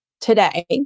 today